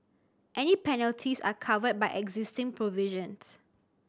any penalties are covered by existing provisions